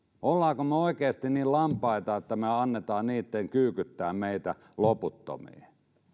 olemmeko me oikeasti niin lampaita että me annamme niitten kyykyttää meitä loputtomiin